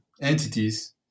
entities